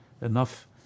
enough